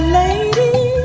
lady